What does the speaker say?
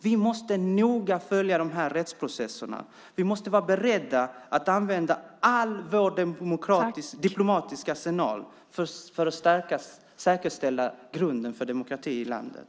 Vi måste noga följa rättsprocesserna och vara beredda att använda all vår diplomatiska arsenal för att stärka och säkerställa grunden för demokrati i landet.